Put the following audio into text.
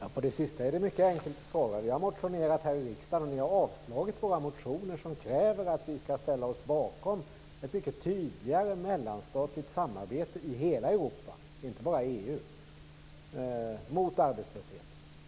Fru talman! På den sista frågan är det mycket enkelt att svara. Vi har motionerat här i riksdagen, och ni har avslagit våra motioner där vi kräver att Sverige skall ställa sig bakom ett mycket tydligare mellanstatligt samarbete i hela Europa, inte bara i EU, mot arbetslösheten.